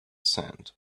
sand